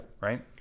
Right